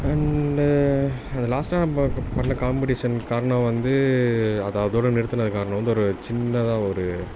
and அந்த லாஸ்ட்டாக நம்ப க பண்ண காம்பெடிஷன் காரணம் வந்து அதை அதோடய நிறுத்துனதுக்கு காரணம் வந்து ஒரு சின்னதாக ஒரு